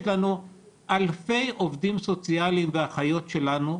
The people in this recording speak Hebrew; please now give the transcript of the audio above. יש לנו אלפי עובדים סוציאליים ואחיות שלנו,